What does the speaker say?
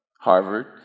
Harvard